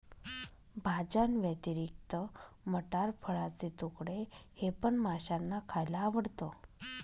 भाज्यांव्यतिरिक्त मटार, फळाचे तुकडे हे पण माशांना खायला आवडतं